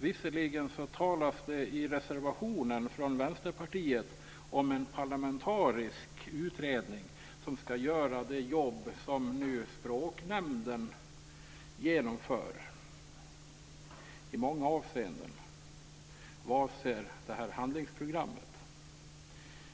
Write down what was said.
Visserligen talas det i reservationen från Vänsterpartiet om en parlamentarisk utredning som skall göra det jobb som nu Språknämnden genomför i många avseenden vad avser handlingsprogrammet.